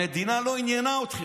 המדינה לא עניינה אתכם,